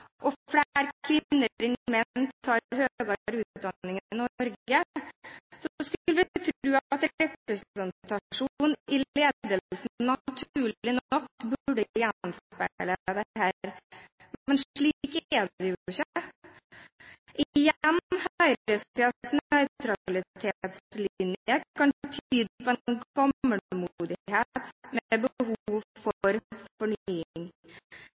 og flere kvinner enn menn tar høyere utdanning i Norge, skulle en tro at representasjon i ledelsen, naturlig nok, burde gjenspeilet dette. Men slik er det jo ikke. Igjen – høyresidens nøytralitetslinje kan tyde på en